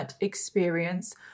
experience